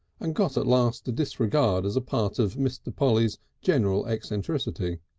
and got at last to disregard as a part of mr. polly's general eccentricity.